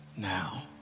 now